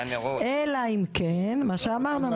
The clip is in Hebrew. אלא אם כן מה שאמרנו,